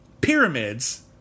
pyramids